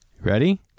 Ready